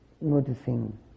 noticing